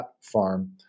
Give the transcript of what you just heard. farm